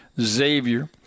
Xavier